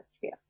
fear